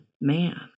man